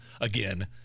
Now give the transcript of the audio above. again